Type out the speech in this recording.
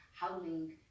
Howling